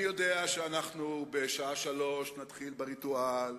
אני יודע שבשעה 15:00 נתחיל בריטואל,